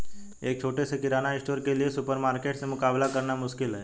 एक छोटे से किराना स्टोर के लिए सुपरमार्केट से मुकाबला करना मुश्किल है